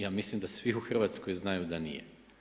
Ja mislim da svi u Hrvatskoj znaju da nije.